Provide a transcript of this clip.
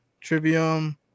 trivium